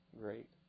great